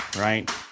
right